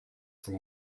from